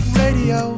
radio